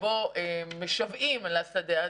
שבו משוועים לשדה הזה.